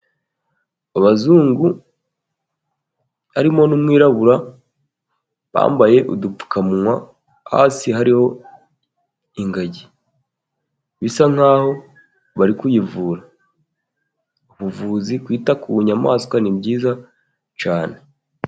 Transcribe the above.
Abazungu, harimo n'umwirabura, bambaye udupfukamunwa, hasi hariho ingagi. Bisa nk'aho bari kuyivura. Ubuvuzi, kwita ku nyamaswa ni byiza cyane.